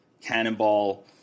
cannonball